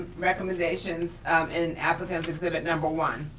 recommendations in applicant's exhibit number one.